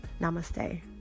Namaste